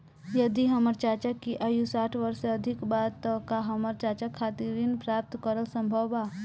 यदि हमर चाचा की आयु साठ वर्ष से अधिक बा त का हमर चाचा खातिर ऋण प्राप्त करल संभव बा